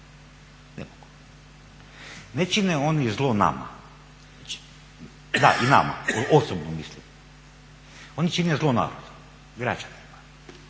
Ne čine oni zlo nama, da i nama, osobno mislim, oni čine zlo narodu, građanima.